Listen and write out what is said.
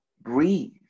breathe